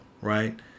right